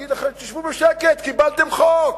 להגיד לכם: תשבו בשקט, קיבלתם חוק.